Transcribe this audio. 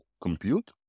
compute